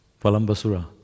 Palambasura